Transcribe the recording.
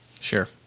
Sure